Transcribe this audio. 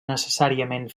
necessàriament